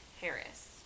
Harris